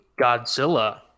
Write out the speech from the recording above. Godzilla